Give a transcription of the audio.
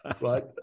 right